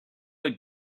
look